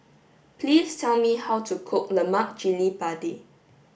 please tell me how to cook Lemak Cili Padi